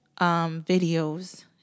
videos